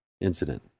incident